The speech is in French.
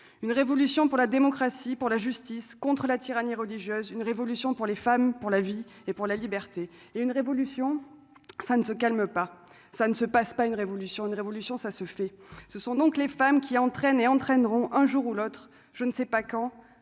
une révolution pour la démocratie, pour la justice contre la tyrannie religieuse, une révolution pour les femmes, pour la vie et pour la liberté et une révolution, ça ne se calme pas, ça ne se passe pas une révolution, une révolution, ça se fait, ce sont donc les femmes qui entraîne et entraîneront un jour ou l'autre je ne sais pas quand